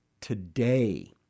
today